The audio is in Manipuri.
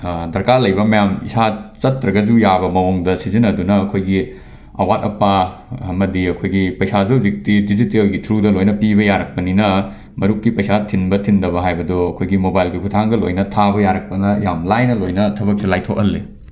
ꯗꯔꯀꯥꯔ ꯂꯩꯕ ꯃꯌꯥꯝ ꯏꯁꯥ ꯆꯠꯇ꯭ꯔꯒꯁꯨ ꯌꯥꯕ ꯃꯥꯑꯣꯡꯗ ꯁꯤꯖꯤꯟꯅꯗꯨꯅ ꯑꯩꯈꯣꯏꯒꯤ ꯑꯋꯥꯠ ꯑꯄꯥ ꯑꯃꯗꯤ ꯑꯩꯈꯣꯏꯒꯤ ꯄꯩꯁꯥꯁꯨ ꯍꯧꯖꯤꯛꯇꯤ ꯗꯤꯖꯤꯇꯦꯜꯒꯤ ꯊ꯭ꯔꯨꯗ ꯂꯣꯏꯅ ꯄꯤꯕ ꯌꯥꯔꯛꯄꯅꯤꯅ ꯃꯔꯨꯞꯀꯤ ꯄꯩꯁꯥ ꯊꯤꯟꯕ ꯊꯤꯟꯗꯕ ꯍꯥꯏꯕꯗꯨ ꯑꯩꯈꯣꯏꯒꯤ ꯃꯣꯕꯥꯏꯜꯒꯤ ꯈꯨꯠꯊꯥꯡꯗ ꯂꯣꯏꯅ ꯊꯥꯕ ꯌꯥꯔꯛꯄꯅ ꯌꯥꯝ ꯂꯥꯏꯅ ꯂꯣꯏꯅ ꯊꯕꯛꯁꯤ ꯂꯥꯏꯊꯣꯛꯍꯜꯂꯤ